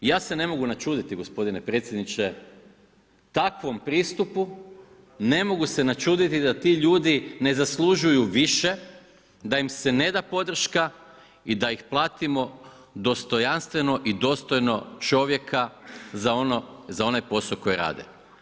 Ja se ne mogu načuditi gospodine predsjedniče, takvom pristupu, ne mogu se načuditi da ti ljudi ne zaslužuju više, da im se ne da podrška i da ih platimo dostojanstveno i dostojno čovjeka za onaj posao koji rade.